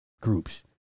groups